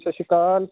ਸਤਿ ਸ਼੍ਰੀ ਅਕਾਲ